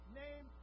name